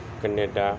Canada